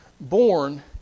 born